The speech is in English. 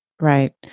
Right